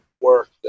work